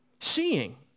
seeing